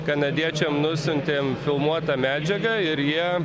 kanadiečiam nusiuntėm filmuotą medžiagą ir jie